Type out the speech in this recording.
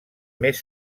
més